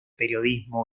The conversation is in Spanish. periodismo